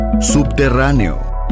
Subterráneo